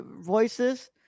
voices